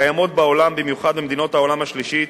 קיימות בעולם, במיוחד במדינות העולם השלישי,